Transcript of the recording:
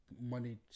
Money